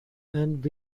and